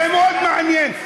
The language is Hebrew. זה מאוד מעניין.